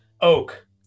oak